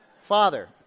Father